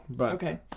Okay